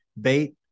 bait